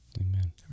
Amen